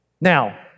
Now